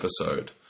episode